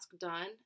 done